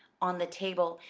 on the table,